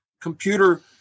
computer